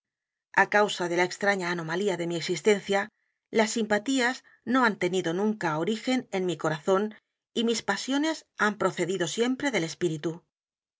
á causa de la extraña anomalía de mi existencia las simpatías no han tenido nunca origen en mi corazón y mis pasiones han procedido siempre del espíritu